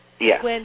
Yes